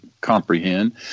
comprehend